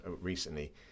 recently